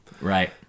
Right